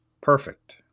perfect